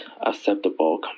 acceptable